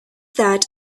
that